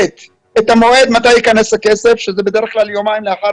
את המועד בו ייכנס הכסף כאשר זה בדרך כלל יומיים לאחר